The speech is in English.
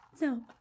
No